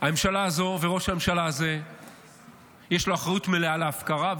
לממשלה הזאת ולראש הממשלה הזה יש אחריות מלאה להפקרה,